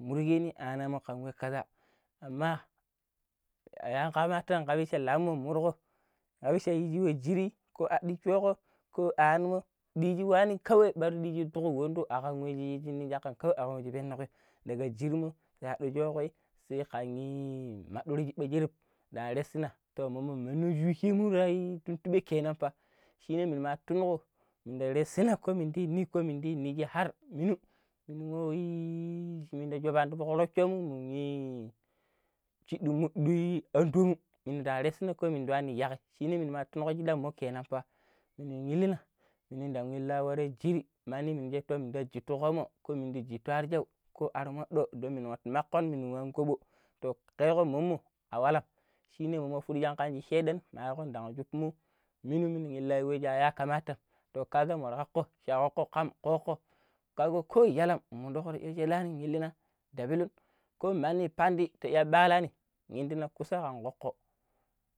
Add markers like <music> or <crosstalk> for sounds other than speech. ﻿murjeni anamon kamo waja aman yakamata kabiche lamoun kaɓiche yijuwe jiri ko ahadi shoko ko anumon ɗiji muanim kawei ɓarijugul togo gondo akan wenji wejinni caƙƙa kawai ari bijiko ɓenanbigwoi daga njirimu yakojuaɗoi sei kan yii nin magurji dijirim ɗa rasina ka memonu wujii shimu kain tuntuɓe kenan fa shina mina tuinmogo minda rasina ko dini ko minda inji har minu minu <hesitation> shi menda shaboungdorei shunonmunyii chidu niduyii andonom minda rasina ko mindani ka yaggai shi nin minano tinuamakenan fa na lin nyilina maniji darei jiri ni minjuatoi jitikomoi kominti jutoiariju ko aramoɗo domina nakum muniyamn koɓo toh kaigo mommo awalan shini mufujikaandi shaidan mayankaa dangim jitumo junun yiuande layak kamatan to kaga morogwoko shawurko kam cokko kaga koi yalam dirgo juilani nyilina dabulum koh manni pandi tiyi ɓallani yindina kusa kokko